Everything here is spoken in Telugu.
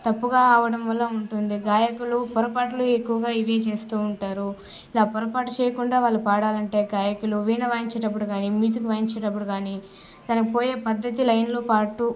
తప్పుగా అవడం వల్ల ఉంటుంది గాయకులు పొరపాట్లు ఎక్కువగా ఇవే చేస్తూ ఉంటారు ఇలా పొరపాటు చేయకుండా వాళ్ళు పాడాలంటే గాయకులు వీణ వాయించేటప్పుడు కానీ మ్యూజిక్ వాయించేటప్పుడు కానీ తను పోయే పద్ధతి లైన్లో పాటు